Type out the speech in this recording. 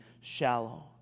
shallow